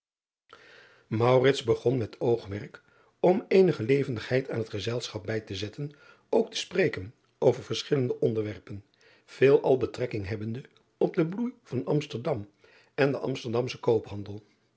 begon met oogmerk om eenige levendigheid aan het gezelschap bij te zetten ook te spreken over verschillende onderwerpen veelal betrekking hebbende tot den bloei van msterdam en den msterdamschen koophandel